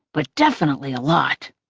but definitely a lot.